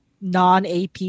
non-ap